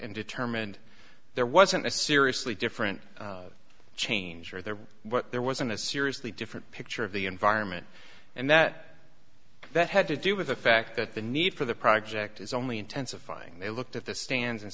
and determined there wasn't a seriously different change are there but there wasn't a seriously different picture of the environment and that that had to do with the fact that the need for the project is only intensifying they looked at the stands and